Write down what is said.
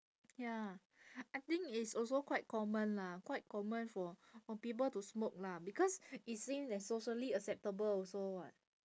ya I think it's also quite common lah quite common for for people to smoke lah because it's seen as socially acceptable also [what]